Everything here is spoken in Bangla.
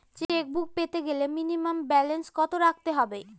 চেকবুক পেতে গেলে মিনিমাম ব্যালেন্স কত রাখতে হবে?